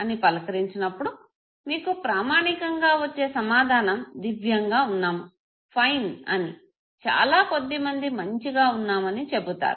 అని పలకరించినప్పుడు మీకు ప్రామాణికంగా వచ్చే సమాధానం దివ్యంగా ఉన్నాము ఫైన్ అని చాలా కొద్ది మంది మంచిగా ఉన్నామని చెబుతారు